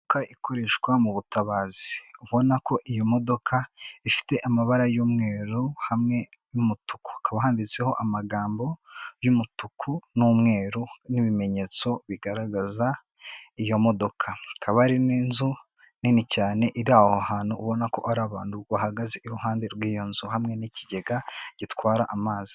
Imodoka ikoreshwa mu butabazi, ubona ko iyo modoka ifite amabara y'umweru hamwe n'umutuku, hakaba handitseho amagambo y'umutuku n'umweru n'ibimenyetso bigaragaza iyo modoka, hakaba hari n'inzu nini cyane iri aho hantu ubona ko hari abantu bahagaze iruhande rw'iyo nzu hamwe n'ikigega gitwara amazi.